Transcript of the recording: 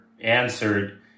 answered